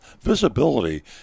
Visibility